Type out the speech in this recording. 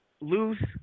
loose